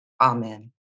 Amen